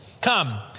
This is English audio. Come